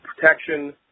Protection